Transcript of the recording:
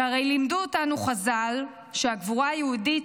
שהרי לימדו אותנו חז"ל שהגבורה היהודית